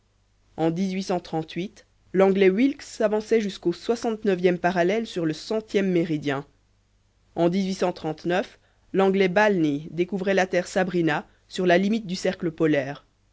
en l'anglais wilkes s'avançait jusqu'au soixante neuvième parallèle sur le centième méridien en l'anglais balleny découvrait la terre sabrina sur la limite du cercle polaire